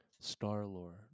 Star-Lord